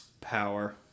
Power